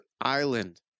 Island